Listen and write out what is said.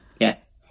yes